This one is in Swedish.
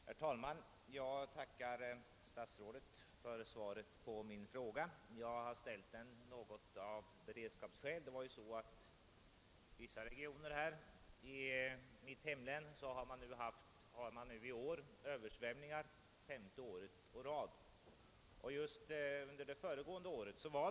Herr talman! Jag tackar statsrådet för svaret på min fråga, som jag delvis ställt av beredskapsskäl. I vissa regioner i mitt hemlän har man i år översvämningar för femte året i följd.